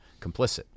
complicit